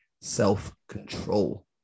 self-control